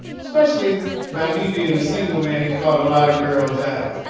especially by me being a single man, it caught a lot of girls' eyes,